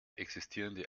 existierende